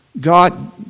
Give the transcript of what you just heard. God